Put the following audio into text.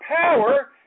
power